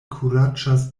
kuraĝas